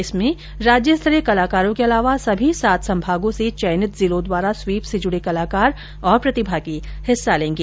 इसमें राज्य स्तरीय कलाकारों के अलावा सभी सात संभागों से चयनित जिलों द्वारा स्वीप से जुड़े कलाकार और प्रतिभागी हिस्सा लेंगे